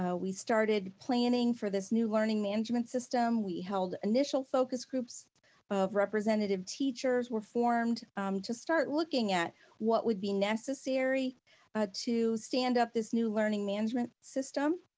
ah we started planning for this new learning management system, we held initial focus groups of representative teachers were formed to start looking at what would be necessary but to stand up this new learning management system.